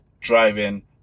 driving